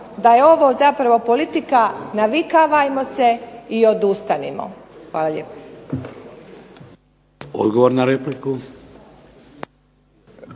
da je ovo zapravo politika navikavajmo se i odustanimo. Hvala lijepo. **Šeks,